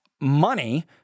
money